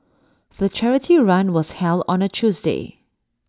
the charity run was held on A Tuesday